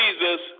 Jesus